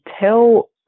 tell